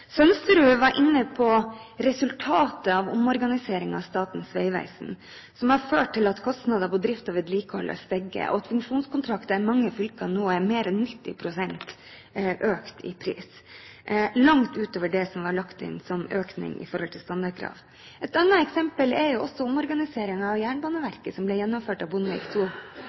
Sønsterud var inne på resultatet av omorganiseringen av Statens vegvesen, som har ført til at kostnader på drift og vedlikehold har steget, og at prisene på funksjonskontrakter i mange fylker nå har økt med mer enn 90 pst., langt utover det som var lagt inn som økning ut fra standardkrav. Ett annet eksempel er også omorganiseringen av Jernbaneverket, som ble gjennomført av Bondevik